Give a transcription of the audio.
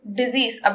disease